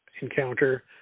encounter